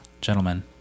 gentlemen